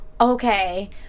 Okay